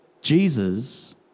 Jesus